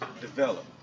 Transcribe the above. develop